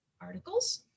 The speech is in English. articles